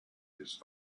his